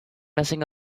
messing